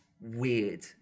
weird